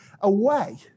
away